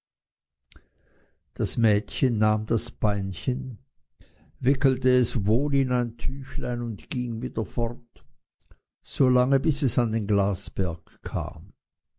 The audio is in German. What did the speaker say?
das mädchen nahm das beinchen wickelte es wohl in ein tüchlein und ging wieder fort so lange bis es an den glasberg kam